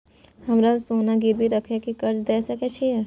हमरा सोना गिरवी रखय के कर्ज दै सकै छिए?